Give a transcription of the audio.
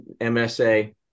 MSA